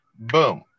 boom